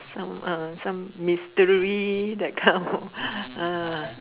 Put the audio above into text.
some uh some mystery that kind of uh